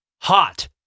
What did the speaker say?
hot